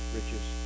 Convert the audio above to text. riches